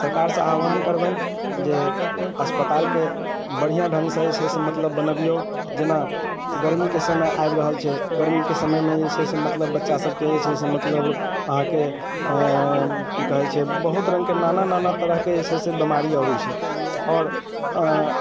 सरकारसँ आह्वाहन करबनि जे अस्पतालके बढ़िआँ ढङ्गसँ जे छै से मतलब बनबिऔ जेना गरमीके समय आबि रहल छै गरमीके समयमे जे छै से बच्चा सबके जे छै मतलब अहाँके की कहैत छै बहुत रङ्गके नाना नाना तरहके जे छै से बेमारी अबैत छै आओर